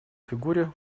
фигуре